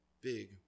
big